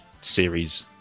series